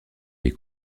des